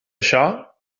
això